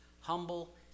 humble